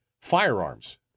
firearms